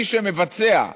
מי שיבצע,